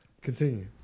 Continue